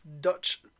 Dutch